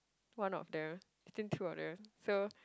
one of them between two of them so